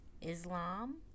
Islam